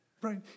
Right